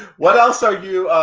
what else are you,